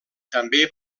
també